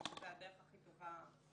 זו הדרך הכי טובה לתת את הטיפול.